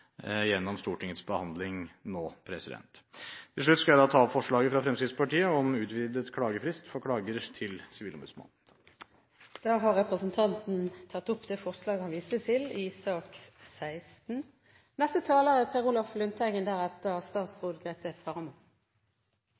gjennom Stortingets behandling nå. Til slutt skal jeg ta opp forslaget fra Fremskrittspartiet om utvidet klagefrist for klager til Sivilombudsmannen. Representanten Anders Anundsen har tatt opp det forslaget han refererte til – forslaget i sak nr. 16.